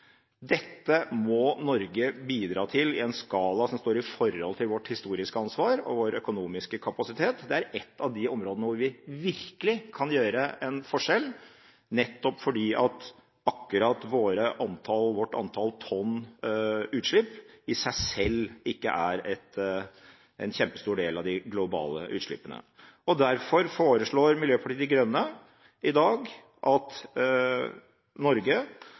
Dette må Norge bidra til i en skala som står i forhold til vårt historiske ansvar og vår økonomiske kapasitet. Det er et av de områdene hvor vi virkelig kan gjøre en forskjell, nettopp fordi vårt antall tonn utslipp i seg selv ikke er en kjempestor del av de globale utslippene. Derfor foreslår Miljøpartiet De Grønne i dag at Norge